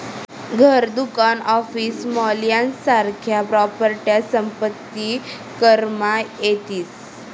घर, दुकान, office, mall यासारख्या प्रॉपर्ट्या संपत्ती करमा येतीस